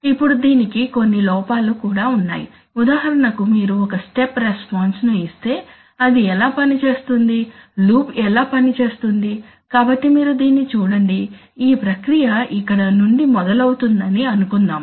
ఇప్పుడు దీనికి కొన్ని లోపాలు కూడా ఉన్నాయి ఉదాహరణకు మీరు ఒక స్టెప్ రెస్పాన్స్ ను ఇస్తే అది ఎలా పని చేస్తుంది లూప్ ఎలా పని చేస్తుంది కాబట్టి మీరు దీన్ని చూడండి ఈ ప్రక్రియ ఇక్కడ నుండి మొదలవుతుందని అనుకుందాం